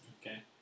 Okay